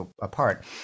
apart